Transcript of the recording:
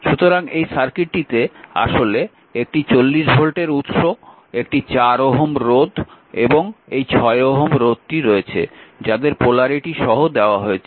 সুতরাং এই সার্কিটটিতে আসলে একটি 40 ভোল্টের উৎস একটি 4 Ω রোধ এবং এই 6 Ω রোধটি রয়েছে যাদের পোলারিটি সহ দেওয়া হয়েছে